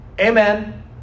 Amen